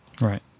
Right